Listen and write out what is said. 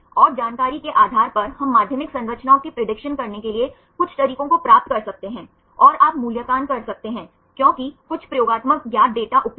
इसलिए यहां आप नॉन रेडंडान्त डेटा सेट प्राप्त कर सकते हैं लेकिन यहां सीमा यह है कि यह सीमित संख्या में अनुक्रमों को संभाल सकता है